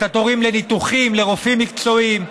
את התורים לניתוחים, לרופאים מקצועיים,